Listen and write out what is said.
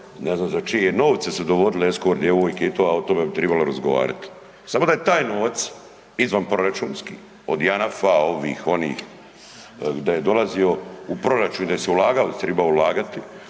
ne znam za čije novce su dovodili eskort djevojke i to, a o tome bi tribalo razgovarati. samo da je taj novac izvanproračunski od Janafa, ovih, onih da je dolazio i da se ulagao i tribao ulagati,